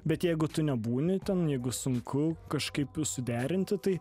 bet jeigu tu nebūni ten jeigu sunku kažkaip suderinti tai